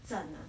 在那